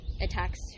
attacks